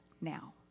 now